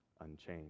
unchanged